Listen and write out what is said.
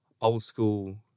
old-school